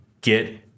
get